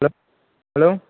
hello hello